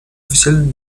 officielle